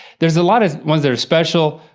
there's a lot of ones that are special.